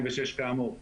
כאמור.